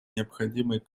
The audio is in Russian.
необходимый